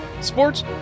sports